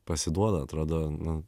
pasiduoda atrodonu